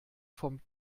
vom